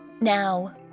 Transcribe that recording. Now